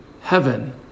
heaven